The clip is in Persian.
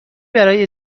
برای